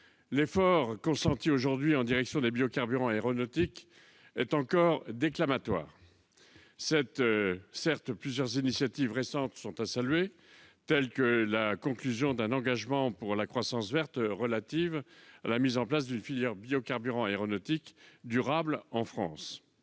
L'effort consenti en direction des biocarburants aéronautiques est encore déclamatoire. Certes, plusieurs initiatives récentes sont à saluer, comme la conclusion d'un engagement pour la croissance verte relatif à la mise en place d'une filière de biocarburants aéronautiques durables en France.